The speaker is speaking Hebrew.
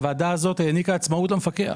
הוועדה הזאת העניקה עצמאות למפקח.